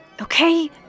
Okay